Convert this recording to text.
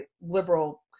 liberal